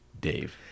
Dave